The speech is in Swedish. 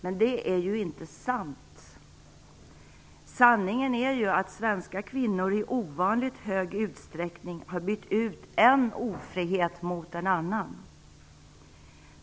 Men det är ju inte sant. Sanningen är ju att svenska kvinnor i ovanligt hög utsträckning har bytt ut en ofrihet mot en annan.